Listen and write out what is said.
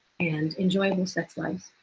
and enjoyable sex lives.